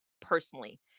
personally